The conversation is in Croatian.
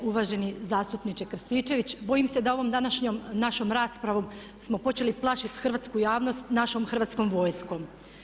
Uvaženi zastupniče Krstičević, bojim se da ovom današnjom našom raspravom smo počeli plašiti hrvatsku javnost našom Hrvatskom vojskom.